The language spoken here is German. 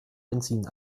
benzin